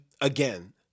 again